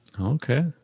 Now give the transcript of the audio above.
Okay